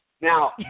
Now